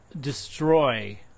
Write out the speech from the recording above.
destroy